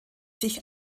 sich